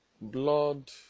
Blood